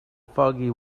foggy